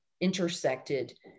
intersected